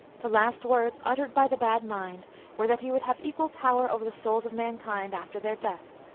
the last words uttered by the bad mind were that he would have equal power over the souls of mankind after their death,